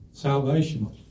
Salvation